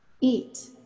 eat